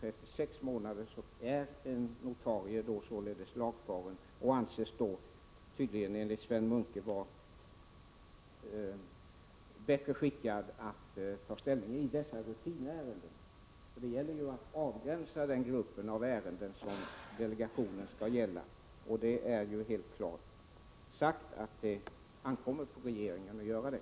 Efter sex månader är ju en notarie lagfaren och anses då tydligen enligt Sven Munke vara bättre skickad att ta ställning i dessa rutinärenden. Det gäller ju att avgränsa den grupp av ärenden som delegationen skall avse, och det är helt klart utsagt att det ankommer på regeringen att göra det.